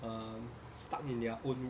um stuck in their own